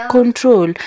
Control